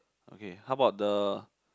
okay how about the